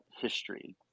history